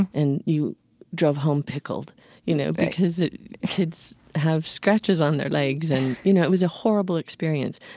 and you drove home pickled you know because kids have scratches on their legs and, you know, it was a horrible experience.